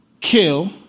kill